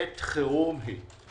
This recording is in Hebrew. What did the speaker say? עת חירום היא.